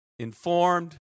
informed